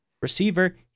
receiver